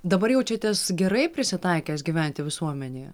dabar jaučiatės gerai prisitaikęs gyventi visuomenėje